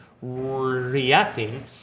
reacting